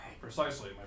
Precisely